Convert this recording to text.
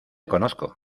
conozco